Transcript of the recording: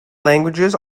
languages